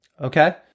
Okay